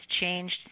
changed